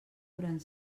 durant